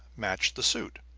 matched the suit.